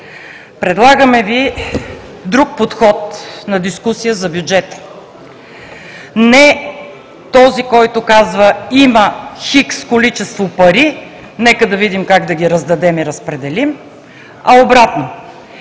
Предлагаме Ви друг подход на дискусия за бюджета. Не този, който казва: „Има хикс количество пари, нека да видим как да ги раздадем и разпределим“, а обратно: